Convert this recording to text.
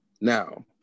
Now